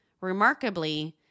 Remarkably